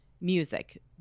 music